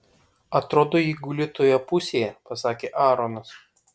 atrodo ji guli toje pusėje pasakė aaronas